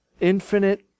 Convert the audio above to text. infinite